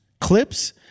clips